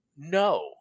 No